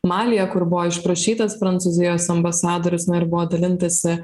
malyje kur buvo išprašytas prancūzijos ambasadorius na ir buvo dalintasi